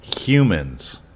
humans